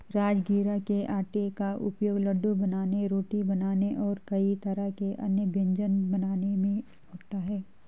राजगिरा के आटे का उपयोग लड्डू बनाने रोटी बनाने और कई तरह के अन्य व्यंजन बनाने में होता है